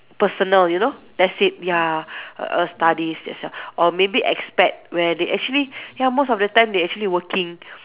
personal you know that's it ya err studies as well or maybe expat where they actually ya most of the time they actually working